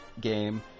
game